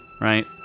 Right